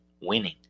winning